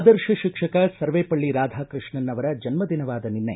ಆದರ್ಶ ಶಿಕ್ಷಕ ಸರ್ವೇಪಳ್ಳಿ ರಾಧಾಕೃಷ್ಣನ್ ಅವರ ಜನ್ಮ ದಿನವಾದ ನಿನ್ನೆ